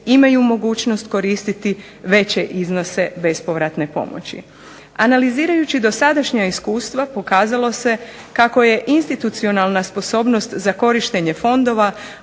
imaju mogućnost koristiti veće iznose bespovratne pomoći. Analizirajući dosadašnja iskustva pokazalo se kako je institucionalna sposobnost za korištenje fondova